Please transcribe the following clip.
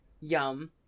yum